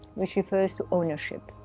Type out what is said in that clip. which refers to ownership.